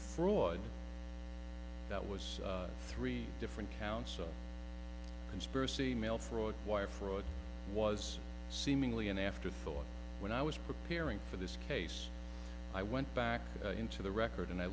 fraud that was three different counts of conspiracy mail fraud wire fraud was seemingly an afterthought when i was preparing for this case i went back into the record and i